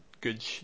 good